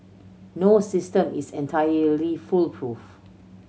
no system is entirely foolproof